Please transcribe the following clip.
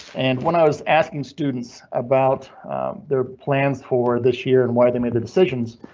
and when i was asking students about their plans for this year and why they made the decisions